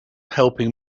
helping